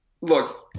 look